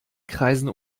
kreisen